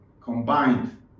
combined